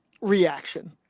reaction